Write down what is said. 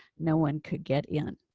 no one could get in